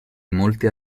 molte